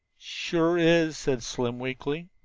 sure is, said slim weakly.